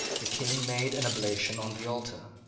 the king made an oblation on the altar.